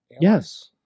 Yes